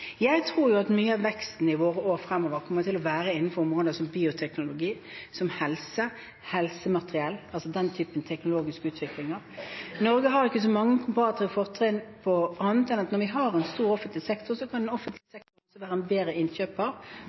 Jeg tror at mye av veksten i årene fremover kommer til å skje innenfor områder som bioteknologi, som helsemateriell – altså den typen teknologisk utvikling. Norge har ikke så mange komparative fortrinn på annet enn at når vi har en stor offentlig sektor, kan den offentlige sektor være en bedre innkjøper